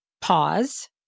pause